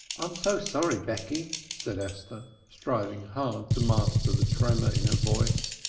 i'm so sorry, becky, said esther, striving hard to master the tremor in her voice.